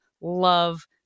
love